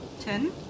Ten